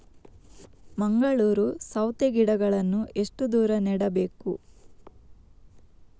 ಮಂಗಳೂರು ಸೌತೆ ಗಿಡಗಳನ್ನು ಎಷ್ಟು ದೂರ ದೂರ ನೆಡಬೇಕು?